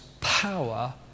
power